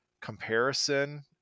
comparison